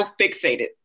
fixated